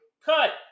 cut